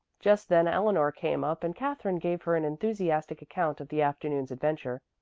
just then eleanor came up, and katherine gave her an enthusiastic account of the afternoon's adventure.